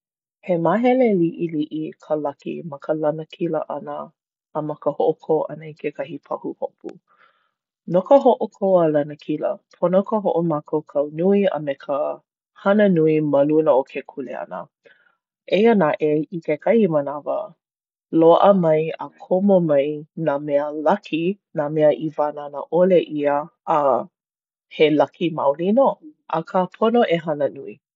He māhele liʻiliʻi ka laki ma ka lanakila ʻana a ma ka hoʻokō ʻana i kekahi pahuhopu. No ka hoʻokō a lanakila, pono ka hoʻomākaukau nui a me ka hana nui ma luna o ke kuleana. Eia naʻe, i kekahi manawa, loaʻa mai a komo mai nā mea laki, nā mea i wānana ʻole ʻia, a he laki maoli nō. Akā, pono e hana nui.